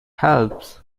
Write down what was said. helps